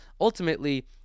ultimately